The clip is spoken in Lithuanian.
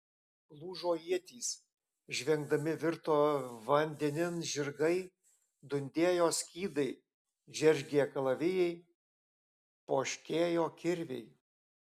lūžo ietys žvengdami virto vandenin žirgai dundėjo skydai džeržgė kalavijai poškėjo kirviai